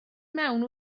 mewn